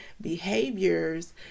behaviors